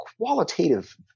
qualitative